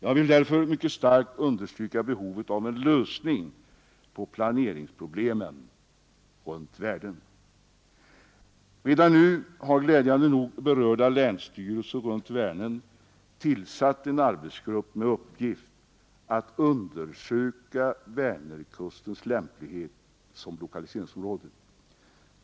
Jag vill därför mycket starkt understryka behovet av en lösning på planeringsproblemen runt Vänern. Redan nu har glädjande nog berörda länsstyrelser runt Vänern tillsatt en arbetsgrupp med uppgift att undersöka Vänerkustens lämplighet som lokaliseringsområde.